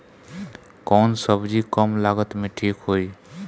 कौन सबजी कम लागत मे ठिक होई?